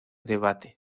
debate